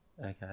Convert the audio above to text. Okay